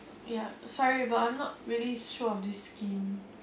ya sorry but I'm not really sure of this scheme